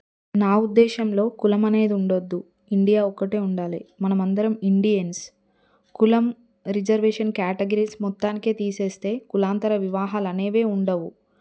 నా ఉద్దేశంలో కులమనేది ఉండొద్దు ఇండియా ఒకటే ఉండాలి మనమందరం ఇండియన్స్ కులం రిజర్వేషన్ క్యాటగిరీస్ మొత్తానికే తీసేస్తే కులాంతర వివాహాలు అనేవే ఉండవు